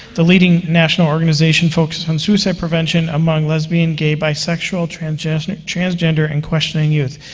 the leading national organization focusing on suicide prevention among lesbian, gay, bisexual, transgender and transgender and questioning youth.